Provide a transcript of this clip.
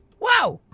wow!